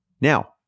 Now